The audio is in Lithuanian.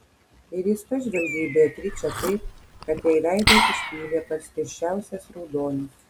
ir jis pažvelgė į beatričę taip kad jai veidą išpylė pats tirščiausias raudonis